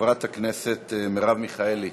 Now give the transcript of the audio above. חברת הכנסת מרב מיכאלי,